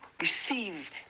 receive